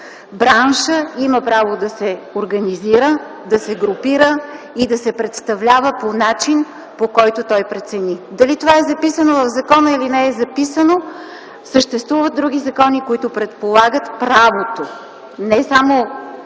Браншът има право да се организира, да се групира и да се представлява по начин, по който той прецени. Дали това е записано в закона или не, съществуват други закони, които предполагат правото - не само желанието,